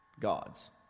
gods